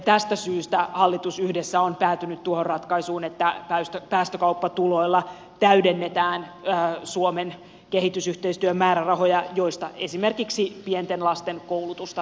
tästä syystä hallitus yhdessä on päätynyt tuohon ratkaisuun että päästökauppatuloilla täydennetään suomen kehitysyhteistyömäärärahoja joista esimerkiksi pienten lasten koulutusta rahoitetaan